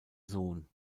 sohn